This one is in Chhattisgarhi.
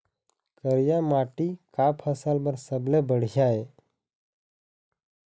करिया माटी का फसल बर सबले बढ़िया ये?